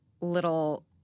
little